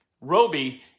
Roby